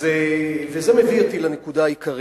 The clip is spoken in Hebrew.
זה מביא אותי לנקודה העיקרית.